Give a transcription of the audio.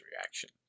reaction